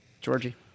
Georgie